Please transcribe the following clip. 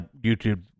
YouTube